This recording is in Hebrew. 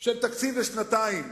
של תקציב לשנתיים,